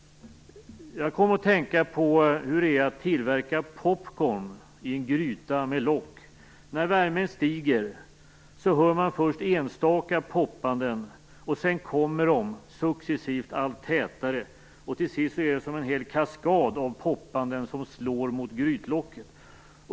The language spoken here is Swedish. Jag kom att tänka på hur det är att tillaga popcorn i en gryta med lock. När värmen stiger hörs först enstaka poppanden. Sedan kommer de successivt och blir allt tätare. Till sist är det en hel kaskad av poppanden som slår mot grytlocket.